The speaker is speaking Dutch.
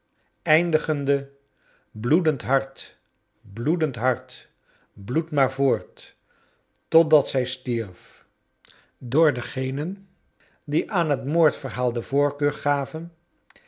eindigende bloedend hart bloedend hart bloed maar voort totdat zij stierf door degenen die aan het moordverhaal de voorkeur gaven